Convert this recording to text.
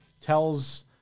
tells